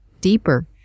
deeper